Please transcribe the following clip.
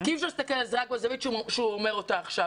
כי אי אפשר להסתכל על זה רק בזווית שהוא אומר אותה עכשיו,